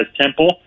temple